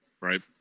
right